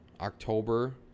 October